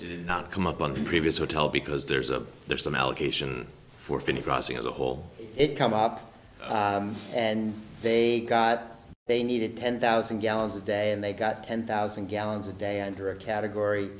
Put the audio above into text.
did not come up on the previous hotel because there's a there's some allocation for finish crossing as a whole it come up and they got they needed ten thousand gallons a day and they got ten thousand gallons a day under a category